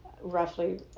roughly